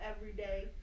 everyday